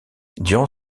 durant